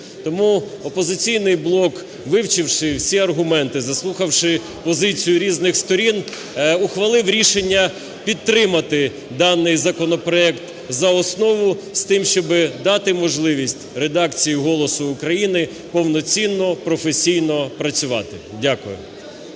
Тому "Опозиційний блок", вивчивши всі аргументи, заслухавши позицію різних сторін, ухвалив рішення підтримати даний законопроект за основу з тим, щоб дати можливість редакції "Голосу України" повноцінно, професійно працювати. Дякую.